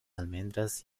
almendras